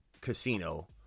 casino